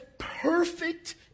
perfect